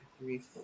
three